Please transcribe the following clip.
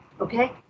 Okay